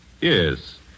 Yes